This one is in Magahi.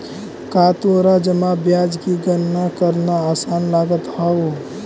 का तोरा जमा ब्याज की गणना करना आसान लगअ हवअ